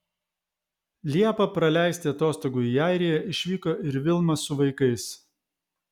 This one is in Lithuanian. liepą praleisti atostogų į airiją išvyko ir vilma su vaikais